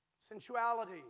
Sensuality